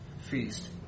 feast